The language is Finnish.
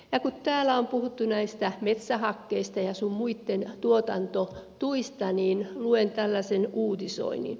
kun täällä on puhuttu näistä metsähakkeen sun muitten tuotantotuista niin luen tällaisen uutisoinnin